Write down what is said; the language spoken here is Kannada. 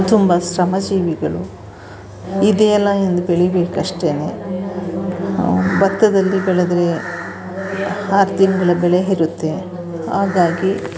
ತುಂಬ ಶ್ರಮಜೀವಿಗಳು ಇದು ಎಲ್ಲ ಎಂದು ಬೆಳಿಬೇಕು ಅಷ್ಟೇ ಭತ್ತದಲ್ಲಿ ಬೆಳೆದರೆ ಆರು ತಿಂಗಳು ಬೆಳೆ ಇರುತ್ತೆ ಹಾಗಾಗಿ